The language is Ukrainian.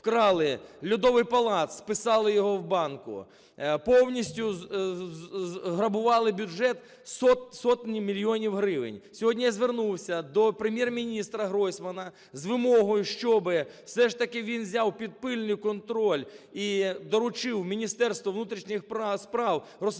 вкрали Льодовий палац, списали його в банку, повністю розграбували бюджет, сотні мільйонів гривень. Сьогодні я звернувся до Прем?єр-міністра Гройсмана з вимогою, щоби все ж таки він взяв під пильний контроль і доручив Міністерству внутрішніх справ розслідувати